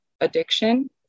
addiction